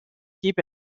keep